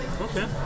Okay